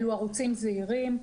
אלו ערוצים זעירים,